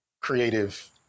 creative